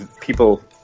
people –